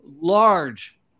large